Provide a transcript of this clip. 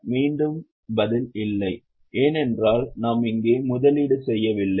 மீண்டும் பதில் இல்லை ஏனென்றால் நாம் இங்கே முதலீடு செய்யவில்லை